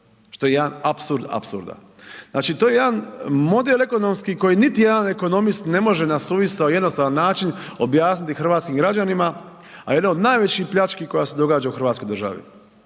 što je jedan apsurd apsurda. Znači to je jedan model ekonomski koji niti jedan ekonomist ne može na suvisao i jednostavan način objasniti hrvatskim građanima, a jedna od najvećih pljački koja se događa u Hrvatskoj državi.